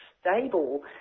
stable